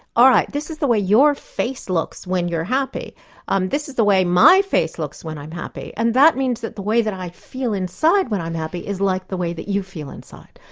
all right, this is the way your face looks when you're happy this is the way my face looks when i'm happy, and that means that the way that i feel inside when i'm happy, is like the way that you feel inside.